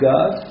God